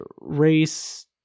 race